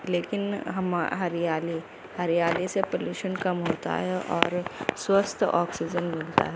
لیکن ہم ہریالی ہریالی سے پولیوشن کم ہوتا ہے اور سوستھ آکسیژن ملتا ہے